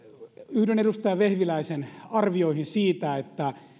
yhdyn edustaja vehviläisen arvioihin siitä että